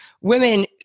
women